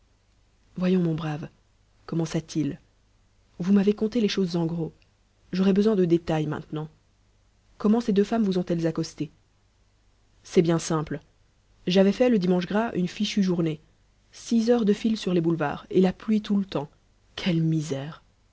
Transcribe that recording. voyons mon brave commença-t-il vous m'avez conté les choses en gros j'aurais besoin de détails maintenant comment ces deux femmes vous ont-elles accosté c'est bien simple j'avais fait le dimanche gras une fichue journée six heures de file sur les boulevards et la pluie tout le temps quelle misère